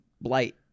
blight